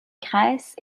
grèce